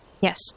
Yes